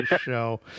show